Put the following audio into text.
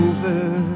Over